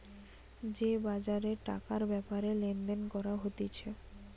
যে বাজারে টাকার ব্যাপারে লেনদেন করা হতিছে